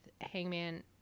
hangman